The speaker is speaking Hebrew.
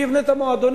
מי יבנה את המועדונים?